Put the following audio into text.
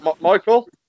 Michael